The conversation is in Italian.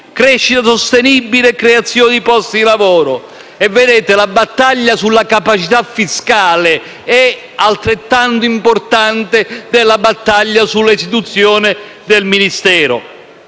crescita sostenibile e creazione di posti di lavoro. La battaglia sulla capacità fiscale è altrettanto importante di quella sull'istituzione del Ministero,